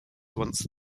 once